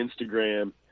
instagram